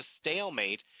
stalemate